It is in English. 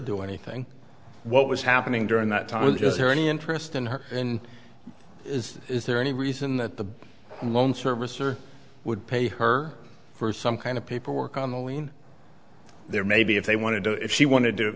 do anything what was happening during that time was just there any interest in her is is there any reason that the loan servicer would pay her for some kind of paperwork on the lien there maybe if they wanted to if she wanted to